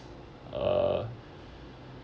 uh